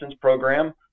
program